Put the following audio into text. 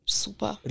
super